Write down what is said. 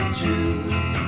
choose